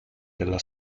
della